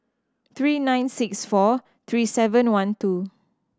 three nine six four three seven one two